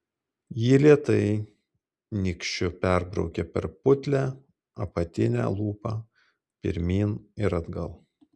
ji lėtai nykščiu perbraukė per putlią apatinę lūpą pirmyn ir atgal